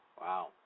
Wow